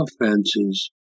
offenses